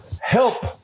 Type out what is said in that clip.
help